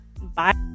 Bye